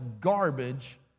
garbage